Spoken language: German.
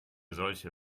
solche